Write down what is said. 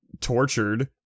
tortured